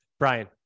Brian